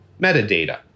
metadata